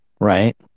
right